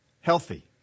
Healthy